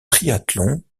triathlon